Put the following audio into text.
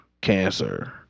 cancer